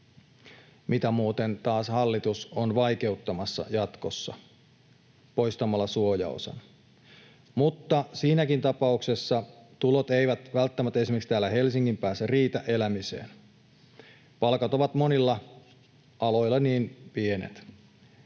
mitä muuten taas hallitus on vaikeuttamassa jatkossa poistamalla suojaosan — mutta siinäkin tapauksessa tulot eivät välttämättä esimerkiksi täällä Helsingin päässä riitä elämiseen, kun palkat ovat monilla aloilla niin pienet.